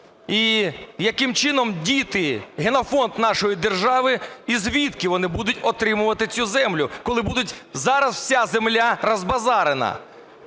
і яким чином діти, генофонд нашої держави і звідки вони будуть отримувати цю землю, коли будуть?... Зараз вся земля розбазарена.